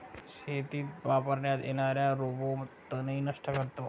शेतीत वापरण्यात येणारा रोबो तणही नष्ट करतो